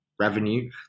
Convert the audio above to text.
revenue